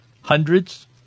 Hundreds